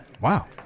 Wow